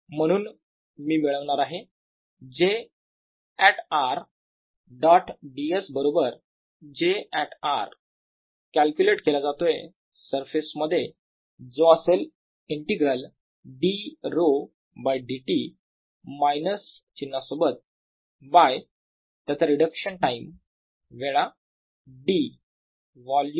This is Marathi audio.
म्हणून मी मिळवणार आहे j at r dot ds बरोबर j एट r कॅल्क्युलेट केला जातोय सरफेस मध्ये जो असेल integral d𝛒 by dt minus चिन्हा सोबत बाय त्याचा रिडक्शन टाईम वेळा d वोल्युम